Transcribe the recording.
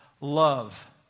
love